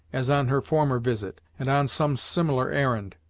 as on her former visit, and on some similar errand.